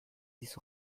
dix